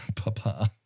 Papa